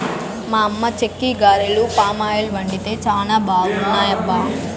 మా అమ్మ చెక్కిగారెలు పామాయిల్ వండితే చానా బాగున్నాయబ్బా